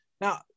Now